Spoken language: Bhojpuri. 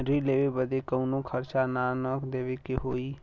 ऋण लेवे बदे कउनो खर्चा ना न देवे के होई?